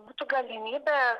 būtų galimybė